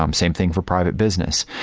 um same thing for private business.